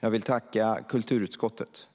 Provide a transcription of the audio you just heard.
Jag vill tacka kulturutskottet